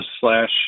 slash